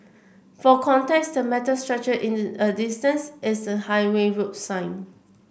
for context the metal structure in the a distance is a highway road sign